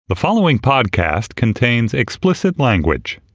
the following podcast contains explicit language